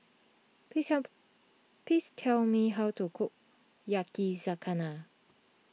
please help please tell me how to cook Yakizakana